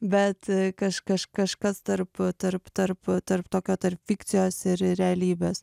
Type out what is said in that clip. bet kaž kaž kažkas tarp tarp tarp tarp tokio tarp fikcijos ir realybės